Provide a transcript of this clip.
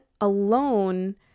alone